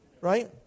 right